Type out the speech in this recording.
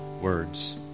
Words